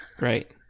right